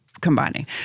combining